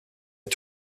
est